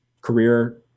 career